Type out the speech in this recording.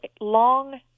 long